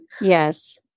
Yes